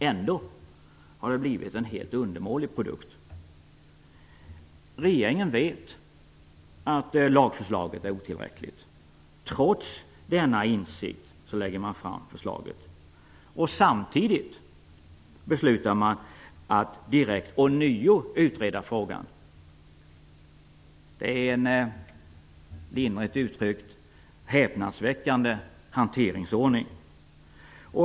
Ändå har det blivit en helt undermålig produkt. Regeringen vet att lagförslaget är otillräckligt - trots denna insikt läggs förslaget fram. Samtidigt beslutar man att direkt ånyo utreda frågan. Det är en lindrigt uttryckt häpnadsväckande hanteringsordning.